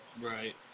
right